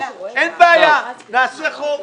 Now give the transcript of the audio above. אין בעיה, נעשה חוק.